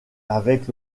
avec